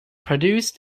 produced